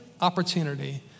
opportunity